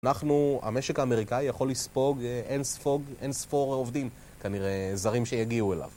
אנחנו המשק האמריקאי יכול לספוג, אין ספוג, אין ספור עובדים, כנראה זרים שיגיעו אליו